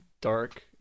Dark